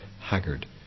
Haggard